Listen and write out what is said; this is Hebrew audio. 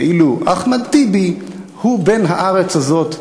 ואילו אחמד טיבי הוא בן הארץ הזאת,